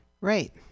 Right